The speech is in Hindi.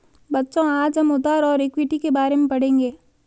बच्चों आज हम उधार और इक्विटी के बारे में पढ़ेंगे